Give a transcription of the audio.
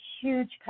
huge